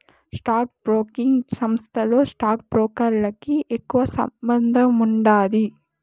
stock broking సంస్థతో stock బ్రోకర్లకి ఎక్కువ సంబందముండాది